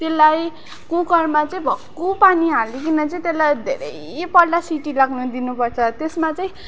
त्यसलाई कुकरमा चाहिँ भक्कु पानी हालीकिन चै त्यसलाई धेरैपल्ट सिटी लाग्नु दिनु पर्छ त्यसमा चाहिँ